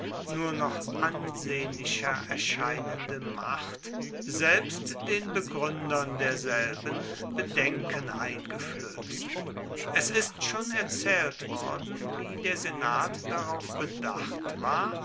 nur noch ansehnlicher erscheinende macht selbst den begründern derselben bedenken eingeflößt es ist schon erzählt worden wie der senat darauf bedacht war